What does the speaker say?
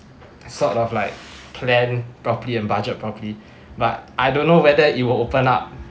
sort of like plan properly and budget properly but I don't know whether it will open up